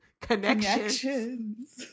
connections